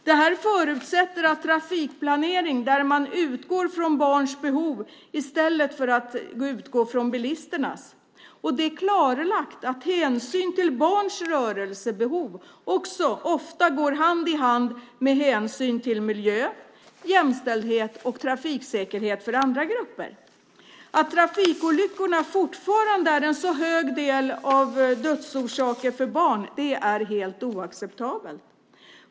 Det här förutsätter en trafikplanering där man utgår från barns behov i stället för bilisternas. Det är klarlagt att hänsyn till barns rörelsebehov också ofta går hand i hand med hänsyn till miljö, jämställdhet och trafiksäkerhet för andra grupper. Att trafikolyckorna fortfarande utgör en så hög andel av dödsorsakerna för barn är helt oacceptabelt.